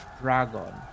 dragon